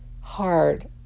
hard